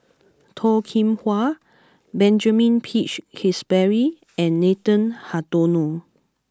Toh Kim Hwa Benjamin Peach Keasberry and Nathan Hartono